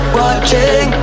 watching